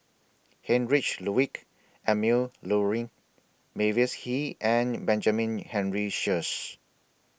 Heinrich Ludwig Emil Luering Mavis Hee and Benjamin Henry Sheares